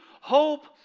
hope